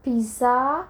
pizza